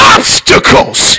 obstacles